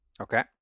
Okay